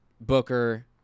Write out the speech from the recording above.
Booker